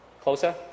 Closer